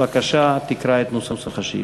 בבקשה, תקרא את נוסח השאילתה.